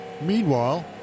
meanwhile